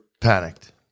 panicked